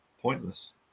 Pointless